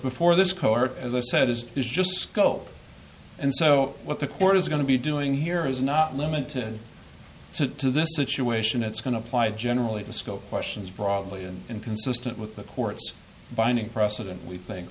before this court as i said is is just scope and so what the court is going to be doing here is not limited to this situation it's going to apply generally to scope questions broadly and inconsistent with the court's binding precedent we think